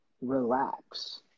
relax